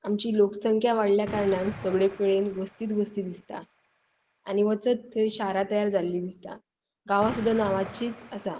आमची लोकसंख्या वाडल्या कारणान सगली कडेन वस्तीच वस्ती दिसता आनी वचत थंय शारां तयार जाल्लीं दिसता गांवा सुद्दां नांवांचीच आसा